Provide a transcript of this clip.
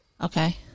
Okay